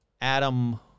Adam